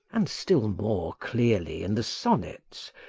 and still more clearly in the sonnets,